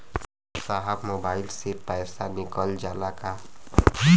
साहब मोबाइल से पैसा निकल जाला का?